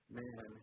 man